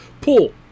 pull